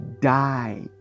died